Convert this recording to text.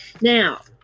Now